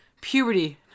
Puberty